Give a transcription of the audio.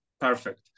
perfect